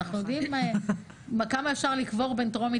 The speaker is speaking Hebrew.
אנחנו יודעים כמה אפשר לקבור בין טרומית